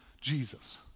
Jesus